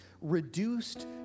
reduced